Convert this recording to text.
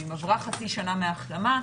אם עברה חצי שנה מהחלמה,